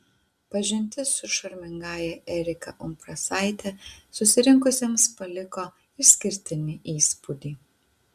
pažintis su šarmingąja erika umbrasaite susirinkusiems paliko išskirtinį įspūdį